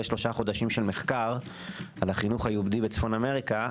שלושה חודשים של מחקר על החינוך היהודי בצפון אמריקה,